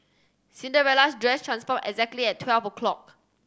Cinderella's dress transformed exactly at twelve o'clock